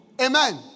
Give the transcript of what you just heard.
Amen